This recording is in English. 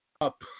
up